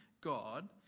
God